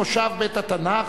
מושב בית-התנ"ך),